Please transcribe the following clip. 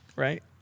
right